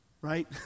right